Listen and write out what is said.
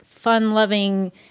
Fun-loving